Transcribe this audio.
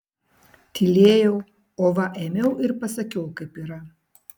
tylėjau o va ėmiau ir pasakiau kaip yra